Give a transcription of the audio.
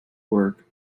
work